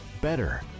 better